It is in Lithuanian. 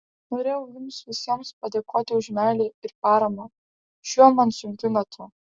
norėjau jums visiems padėkoti už meilę ir paramą šiuo man sunkiu metu